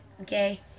Okay